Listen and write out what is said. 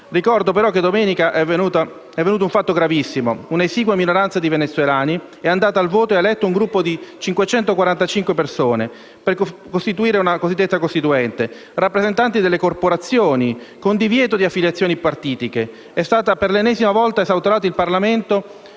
Ricordo però che domenica è avvenuto un fatto gravissimo: un'esigua minoranza di venezuelani è andata al voto e ha eletto un gruppo di 545 persone per costituire una cosiddetta Costituente, caratterizzata dalla presenza di rappresentanti delle corporazioni con divieto di affiliazioni partitiche. Per l'ennesima volta è stato esautorato il Parlamento,